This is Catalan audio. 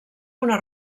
una